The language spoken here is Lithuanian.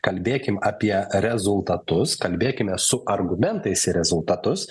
kalbėkim apie rezultatus kalbėkime su argumentais rezultatus